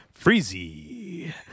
Freezy